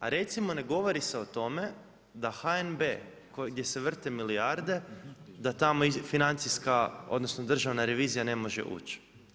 A recimo, ne govori se o tome da HNB gdje se vrte milijarde, da tamo financijska, odnosno Državna revizija ne može ući.